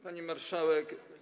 Pani Marszałek!